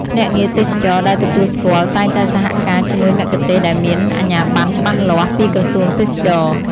ភ្នាក់ងារទេសចរណ៍ដែលទទួលស្គាល់ តែងតែសហការជាមួយមគ្គុទ្ទេសក៍ដែលមាន អាជ្ញាប័ណ្ណច្បាស់លាស់ ពីក្រសួងទេសចរណ៍។